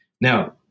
Now